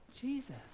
Jesus